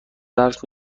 درس